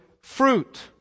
fruit